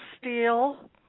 Steel